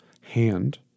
hand